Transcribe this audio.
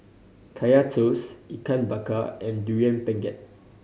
Kaya Toast Ikan Bakar and Durian Pengat